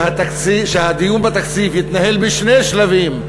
שהדיון בתקציב יתקיים בשני שלבים: